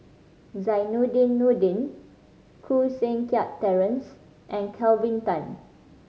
Zainudin Nordin Koh Seng Kiat Terence and Kelvin Tan